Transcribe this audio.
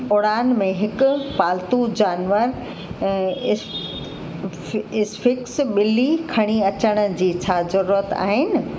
उड़ान में हिकु पाल्तू जानवर इस फ़ि फ़िक्स ॿिली खणी अचण जी छा ज़रूरत आहिनि